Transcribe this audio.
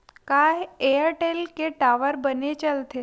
का एयरटेल के टावर बने चलथे?